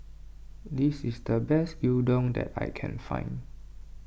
this is the best Gyudon that I can find